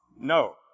no